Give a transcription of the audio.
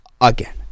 again